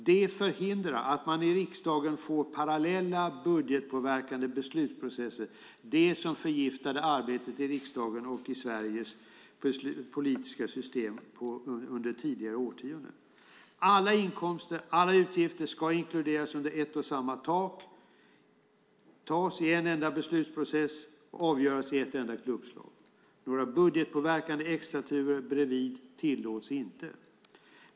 Det förhindrar att man i riksdagen får parallella budgetpåverkande beslutsprocesser, det som förgiftade arbetet i riksdagen och i Sveriges politiska system under tidigare årtionden. Alla inkomster och alla utgifter ska inkluderas under ett och samma tak, tas i en enda beslutsprocess och avgöras i ett enda klubbslag. Några budgetpåverkande extraturer bredvid tillåts inte.